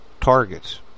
targets